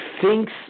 thinks